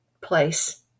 place